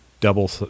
double